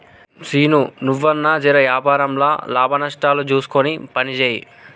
సీనూ, నువ్వన్నా జెర వ్యాపారంల లాభనష్టాలు జూస్కొని పనిజేయి